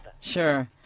Sure